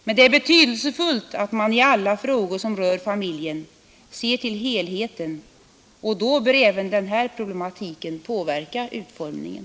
Men det är betydelsefullt att man i alla frågor som rör familjen ser till helheten, och då bör även denna problematik påverka utformningen.